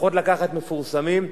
פחות לקחת מפורסמות.